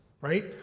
right